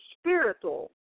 spiritual